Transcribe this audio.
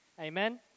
Amen